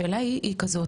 השאלה היא כזאת,